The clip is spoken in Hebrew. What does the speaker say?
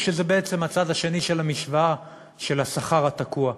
שזה בעצם הצד השני של המשוואה של השכר התקוע,